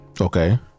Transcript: Okay